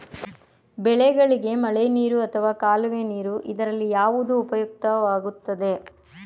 ಬೆಳೆಗಳಿಗೆ ಮಳೆನೀರು ಅಥವಾ ಕಾಲುವೆ ನೀರು ಇದರಲ್ಲಿ ಯಾವುದು ಉಪಯುಕ್ತವಾಗುತ್ತದೆ?